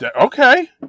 okay